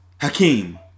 Hakeem